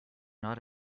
not